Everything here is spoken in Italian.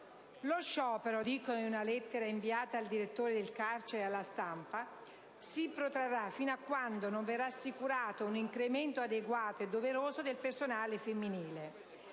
«Lo sciopero» - dicono in una lettera inviata al direttore del carcere ed alla stampa - «si protrarrà fino a quando non sarà assicurato un incremento adeguato e doveroso del personale femminile».